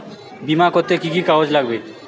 বিমা করতে কি কি কাগজ লাগবে?